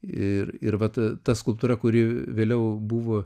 ir ir vat ta skulptūra kuri vėliau buvo